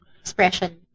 expression